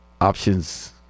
options